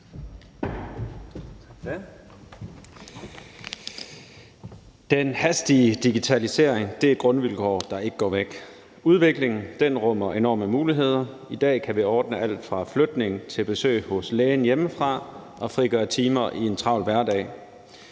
Den hastige digitalisering er et grundvilkår, der ikke går væk. Udviklingen rummer enorme muligheder, og i dag kan vi ordne alt fra flytning til besøg hos lægen hjemmefra og frigøre timer i en travl hverdag.